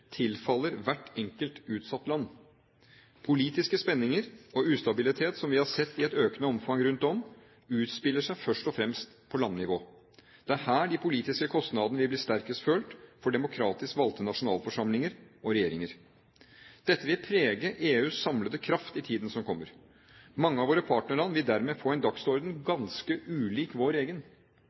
tilfaller hvert enkelt utsatt land. Politiske spenninger og ustabilitet – som vi har sett i et økende omfang rundt om – utspiller seg først og fremst på landnivå. Det er her de politiske kostnadene vil bli sterkest følt for demokratisk valgte nasjonalforsamlinger og regjeringer. Dette vil prege EUs samlede kraft i tiden som kommer. Mange av våre partnerland vil dermed få en dagsorden ganske ulik vår egen.